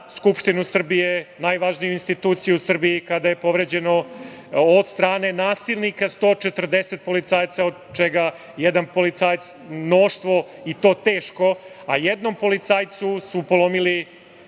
Skupštinu Srbije, najvažniju instituciju u Srbiji, kada je povređeno od strane nasilnika 140 policajaca, od čega mnoštvo teško, a jednom policajcu su polomili